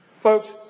Folks